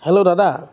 hello দাদা